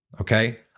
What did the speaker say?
Okay